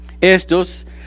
Estos